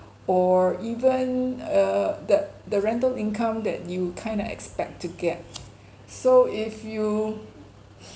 or even uh the the rental income that you kind of expect to get so if you